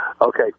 Okay